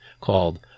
called